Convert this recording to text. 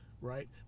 right